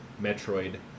Metroid